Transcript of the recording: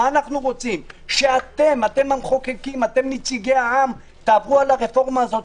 אתם נציגי העם, המחוקקים, תעברו על הרפורמה הזאת.